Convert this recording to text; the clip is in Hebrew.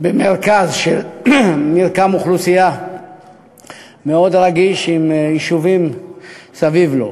במרכז של מרקם אוכלוסייה מאוד רגיש עם יישובים סביב לו.